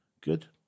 Good